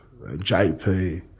jp